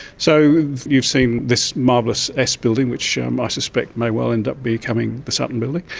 so you've seen this marvellous s building, which i um suspect may well end up becoming the sutton building,